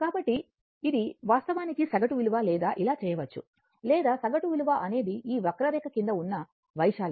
కాబట్టి ఇది వాస్తవానికి సగటు విలువ లేదా ఇలా చేయవచ్చు లేదా సగటు విలువ అనేది ఈ వక్రరేఖ క్రింద ఉన్న వైశాల్యం